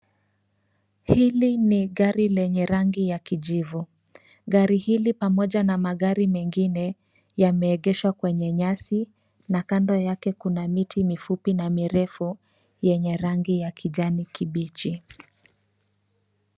Hili ni gari lenye rangi la kijifu gari pamoja na magari mengine yameekeshwa kwenye nyasi na kando yake kuna